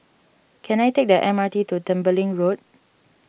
can I take the M R T to Tembeling Road